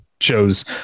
shows